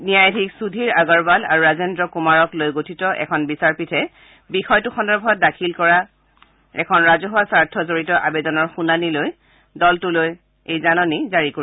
ন্যায়াধীশ সুধিৰ আগৰৱাল আৰু ৰাজেন্দ্ৰ কুমাৰকলৈ গঠিত এখন বিচাৰপীঠে বিষয়টো সন্দৰ্ভত দাখিল কৰা এখন ৰাজহুৱা স্বাৰ্থ জড়িত আবেদনৰ শুনানিলৈ দলটোলৈ এই জাননী জাৰি কৰে